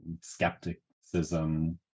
skepticism